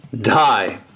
die